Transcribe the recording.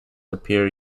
appear